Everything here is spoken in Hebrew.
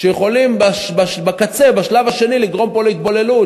שיכולים בקצה, בשלב השני, לגרום פה להתבוללות.